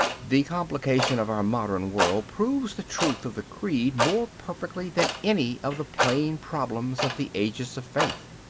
the complication of our modern world proves the truth of the creed more perfectly than any of the plain problems of the ages of faith.